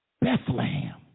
Bethlehem